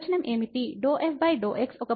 ∂ f∂ x ఒక point వద్ద x y